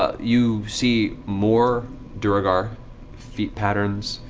you see more duergar feet patterns,